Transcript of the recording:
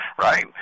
right